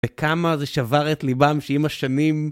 וכמה זה שבר את ליבם שעם השנים...